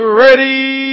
ready